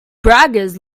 braggers